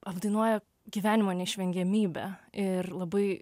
apdainuoja gyvenimo neišvengiamybę ir labai